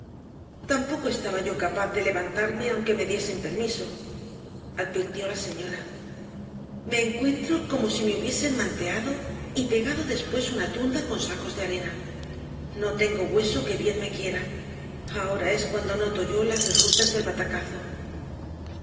tampoco estaba yo capaz de levantarme aunque me diesen permiso advirtió la señora me encuentro como si me hubiesen manteado y pegado después una tunda con sacos de arena no tengo hueso que bien me quiera ahora es cuando noto yo las resultas del batacazo